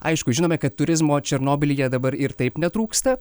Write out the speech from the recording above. aišku žinome kad turizmo černobylyje dabar ir taip netrūksta